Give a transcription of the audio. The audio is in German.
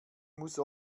muss